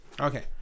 Okay